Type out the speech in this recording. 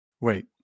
Wait